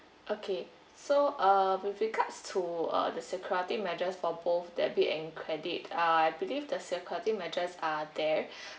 okay so uh with regards to uh the security measures for both debit and credit uh I believe the security measures are there